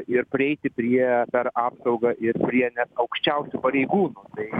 ir prieiti prie per apsaugą ir prie net aukščiausių pareigūnų tai